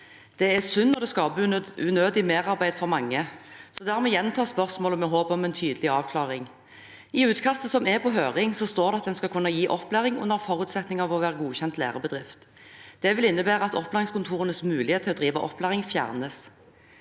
Det er synd, og det skaper unødig merarbeid for mange. Dermed gjentas spørsmålet med håp om en tydelig avklaring. I utkastet som er på høring, står det at en skal kunne gi opplæring under forutsetning av å være godkjent lærebedrift. Det vil innebære at opplæringskontorenes mulighet til å drive opplæring fjernes.